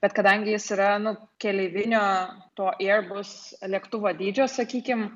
bet kadangi jis yra nu keleivinio to airbus lėktuvo dydžio sakykim